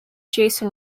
jason